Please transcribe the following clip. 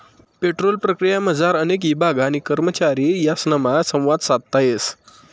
petrol प्रक्रियामझार अनेक ईभाग आणि करमचारी यासनामा संवाद साधता येस